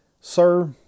Sir